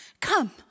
Come